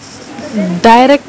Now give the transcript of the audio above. direct